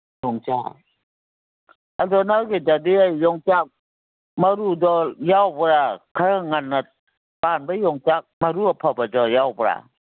ꯌꯣꯡꯆꯥꯛ ꯑꯗꯣ ꯅꯣꯏꯒꯤꯗꯗꯤ ꯌꯣꯡꯆꯥꯛ ꯃꯔꯨꯗꯣ ꯌꯥꯎꯕ꯭ꯔꯥ ꯈꯔ ꯉꯟꯅ ꯄꯥꯟꯕ ꯌꯣꯡꯆꯥꯛ ꯃꯔꯨ ꯑꯐꯕꯗꯣ ꯌꯥꯎꯕ꯭ꯔꯥ